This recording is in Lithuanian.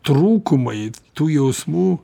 trūkumai tų jausmų